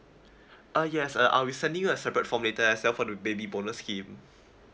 ah yes uh I'll be sending you a separate form later as well for the baby bonus scheme